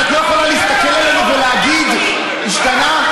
אז את לא יכולה להסתכל עלינו ולהגיד: השתנה,